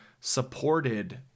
supported